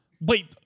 Wait